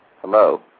Hello